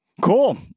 Cool